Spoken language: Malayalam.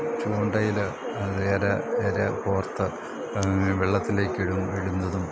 ചൂണ്ടയില് ഇര കോർത്ത് വെള്ളത്തിലേക്കിടും ഇടുന്നതും